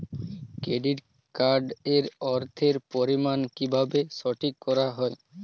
Credit card এর অর্থের পরিমান কিভাবে ঠিক করা হয়?